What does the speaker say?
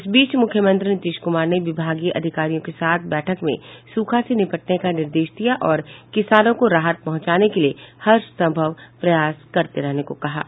इस बीच मुख्यमंत्री नीतीश कुमार ने विभागीय अधिकारियों के साथ बैठक में सुखा से निपटने का निर्देश दिया और किसानों को राहत पहुंचाने के लिए हरसंभव प्रयास करने को कहा है